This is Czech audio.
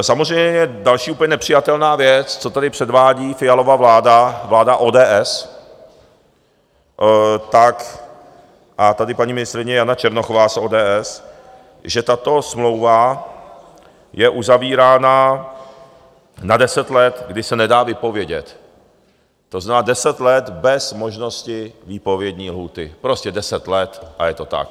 Samozřejmě další úplně nepřijatelná věc, co tady předvádí Fialova vláda, vláda ODS a tady paní ministryně Jana Černochová z ODS, že tato smlouva je uzavírána na deset let, kdy se nedá vypovědět, to znamená, deset let bez možnosti výpovědní lhůty, prostě deset let, a je to tak.